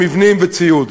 מבנים וציוד.